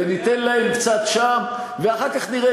וניתן להם להיות קצת שם ואחר כך נראה,